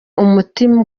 umutima